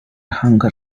hunger